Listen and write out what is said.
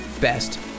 best